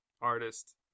artist